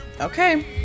Okay